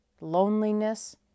loneliness